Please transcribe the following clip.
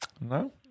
No